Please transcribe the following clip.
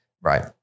Right